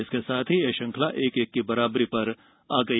इसके साथ ही यह श्रंखला एक एक की बराबरी पर आ गई